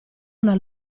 una